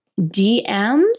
DMs